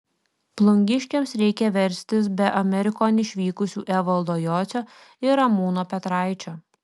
plungiškiams reikia verstis be amerikon išvykusių evaldo jocio ir ramūno petraičio